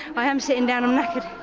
i am sitting down, i'm knackered.